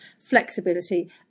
flexibility